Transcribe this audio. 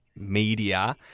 media